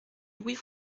louis